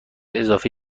اضافی